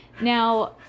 Now